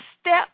Step